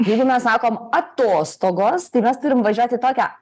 jeigu mes sakom atostogos tai mes turim važiuoti tokią